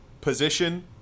position